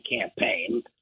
campaign